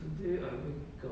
in theory